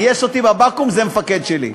גייס אותי בבקו"ם, זה מפקד שלי.